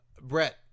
Brett